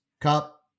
Cup